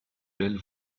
belle